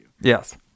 Yes